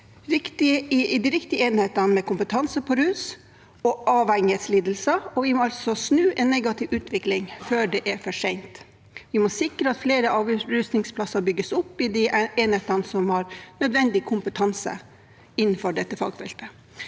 tid i enhetene med kompetanse på rus- og avhengighetslidelser. Vi må altså snu en negativ utvikling før det er for sent. Vi må sikre at flere avrusningsplasser bygges opp i de enhetene som har nødvendig kompetanse innenfor dette fagfeltet.